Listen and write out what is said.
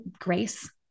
grace